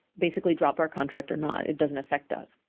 basically drop our contract or not it doesn't affect us.